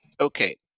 Okay